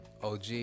OG